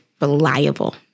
reliable